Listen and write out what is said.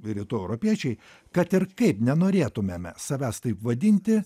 rytų europiečiai kad ir kaip nenorėtumėme savęs taip vadinti